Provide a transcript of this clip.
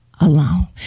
alone